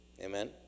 Amen